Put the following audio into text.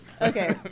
Okay